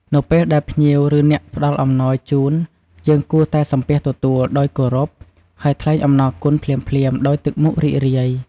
នៅពេលដែលភ្ញៀវ ឬអ្នកផ្ដល់អំណោយជូន យើងគួរតែ សំពះទទួល ដោយគោរព ហើយថ្លែងអំណរគុណភ្លាមៗដោយទឹកមុខរីករាយ។